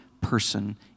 person